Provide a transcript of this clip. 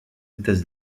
états